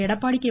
Edappadi K